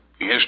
Yes